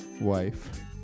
wife